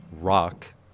rock